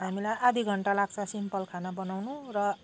हामीलाई आधी घन्टा लाग्छ सिम्पल खाना बनाउनु र